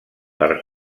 per